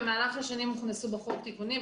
במהלך השנים הוכנסו בחוק תיקונים,